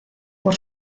por